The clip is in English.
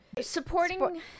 Supporting